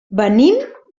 venim